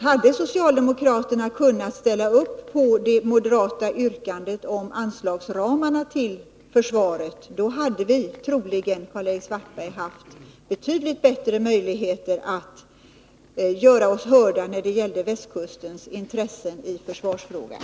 Hade socialdemokraterna kunnat ställa upp på det moderata yrkandet om anslagsramarna till försvaret hade vi troligen, Karl-Erik Svartberg, haft betydligt bättre möjligheter att göra oss hörda när det gällde västkustens intressen i försvarsfrågan.